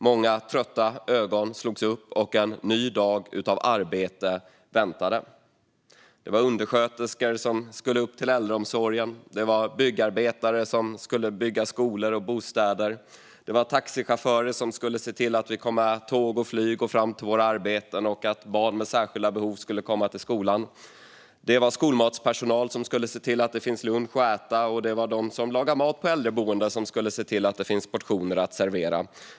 Många trötta ögon slogs upp, och en ny dag av arbete väntade. Det var undersköterskor som skulle upp till äldreomsorgen. Det var byggarbetare som skulle bygga skolor och bostäder. Det var taxichaufförer som skulle se till att vi kom med tåg och flyg och fram till våra arbeten och att barn med särskilda behov kom till skolan. Det var skolmatspersonal som skulle se till att det finns lunch att äta, och det var de som lagar mat på äldreboenden som skulle se till att det finns portioner att servera.